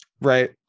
Right